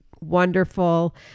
wonderful